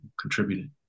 contributed